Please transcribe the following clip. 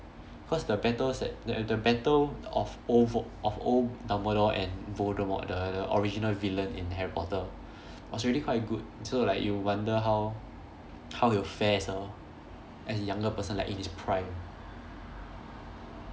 cause the battles that the the battle of old vo~ of old dumbledore and voldemort the the original villain in harry potter was really quite good so like you wonder how how it will fares orh a younger person like in his prime